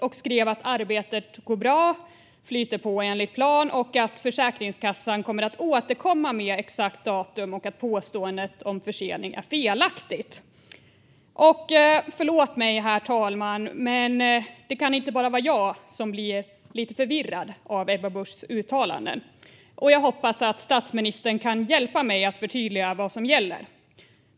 Hon skrev att arbetet går bra och flyter på enligt plan, att Försäkringskassan kommer att återkomma med exakt datum och att påståendet om försening var felaktigt. Förlåt mig, herr talman, men det kan inte bara vara jag som blir lite förvirrad av Ebba Buschs uttalanden. Jag hoppas att statsministern kan hjälpa mig och förtydliga vad som gäller.